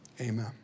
Amen